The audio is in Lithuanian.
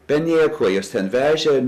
be nieko juos ten vežė